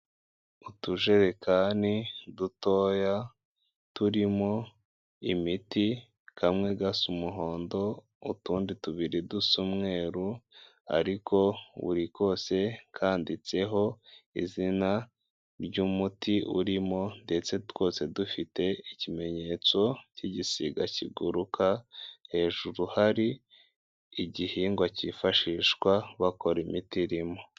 Utujerekani dutoya turimo imiti kamwe gasa umuhondo, utundi tubiri dusa umweru, ariko buri kose kandiditseho izina ry'umuti urimo, ndetse twose dufite ikimenyetso cy'igisiga kiguruka hejuru hari igihingwa cyifashishwa bakora imiti irimo.